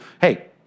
Hey